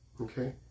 okay